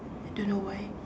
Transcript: don't know why